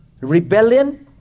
rebellion